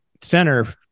center